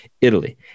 Italy